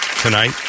tonight